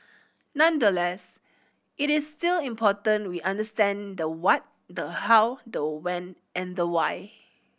nonetheless it is still important we understand the what the how the when and the why